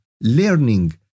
learning